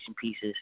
pieces